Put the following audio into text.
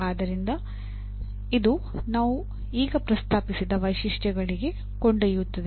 ಆದ್ದರಿಂದ ಇದು ನಾವು ಈಗ ಪ್ರಸ್ತಾಪಿಸಿದ ವೈಶಿಷ್ಟ್ಯಗಳಿಗೆ ಕೊಂಡೊಯ್ಯುತ್ತದೆ